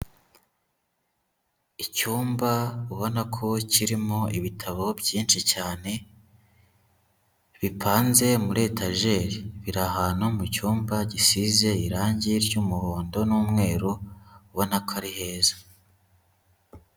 Icyumba ubona ko kirimo ibitabo byinshi cyane, bipanze muri etajeri. Biri ahantu mu cyumba gisize irangi ry'umuhondo n'umweru ubona ko ari heza.